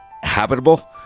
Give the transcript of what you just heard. habitable